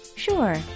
Sure